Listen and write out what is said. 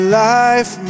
life